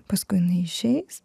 paskui jinai išeis